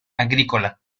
agrícola